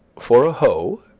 for a hoe.